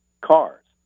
cars